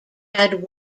had